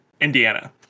Indiana